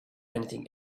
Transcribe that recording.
anything